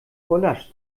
gulasch